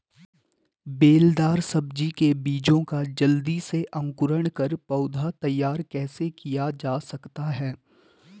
बेलदार सब्जी के बीजों का जल्दी से अंकुरण कर पौधा तैयार कैसे किया जा सकता है?